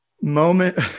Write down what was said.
moment